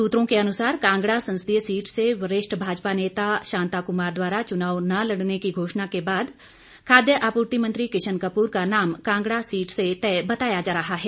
सूत्रों के अनुसार कांगड़ा संसदीय सीट से वरिष्ठ भाजपा नेता शांताकुमार द्वारा चुनाव न लड़ने की घोषणा के बाद खाद्य आपूर्ति मंत्री किशन कपूर का नाम कांगड़ा सीट से तय बताया जा रहा है